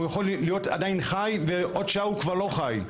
הוא יכול להיות עדיין חי ועוד שעה הוא כבר לא חי.